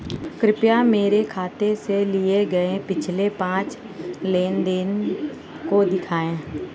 कृपया मेरे खाते से किए गये पिछले पांच लेन देन को दिखाएं